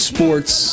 Sports